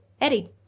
Eddie